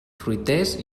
fruiters